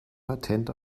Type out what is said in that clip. patent